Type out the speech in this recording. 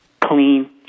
clean